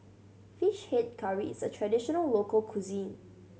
Fish Head Curry is a traditional local cuisine